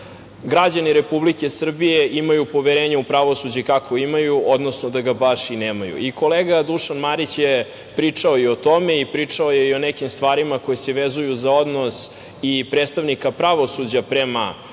građani Republike Srbije imaju poverenje u pravosuđe kakvo imaju, odnosno da ga baš i nemaju. Kolega Dušan Marić je pričao i o tome, pričao je i o nekim stvarima koje se vezuju za odnos i predstavnika pravosuđa prema